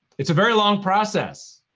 it's a very long process.